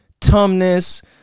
tumness